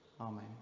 Amen